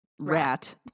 rat